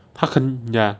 他很 ya